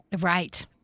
Right